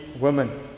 women